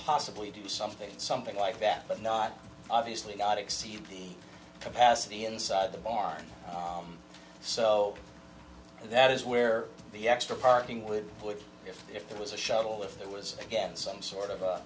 positively do something something like that but not obviously not exceed the capacity inside the bar so that is where the extra parking would put if it was a shuttle if there was again some sort of